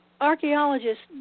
archaeologists